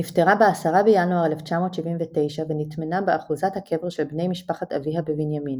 נפטרה ב-10 בינואר 1979 ונטמנה באחוזת הקבר של בני משפחת אביה בבנימינה.